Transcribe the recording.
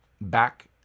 Back